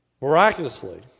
miraculously